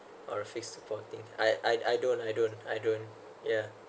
or a fixed deposit I I don't I don't I don't yeah